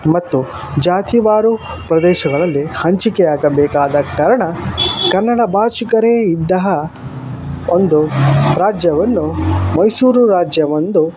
ಮತ್ತು ಜಾತಿವಾರು ಪ್ರದೇಶಗಳಲ್ಲಿ ಹಂಚಿಕೆ ಆಗಬೇಕಾದ ಕಾರಣ ಕನ್ನಡ ಭಾಷಿಕರೇ ಇದ್ದಹ ಒಂದು ರಾಜ್ಯವನ್ನು ಮೈಸೂರು ರಾಜ್ಯವೆಂದು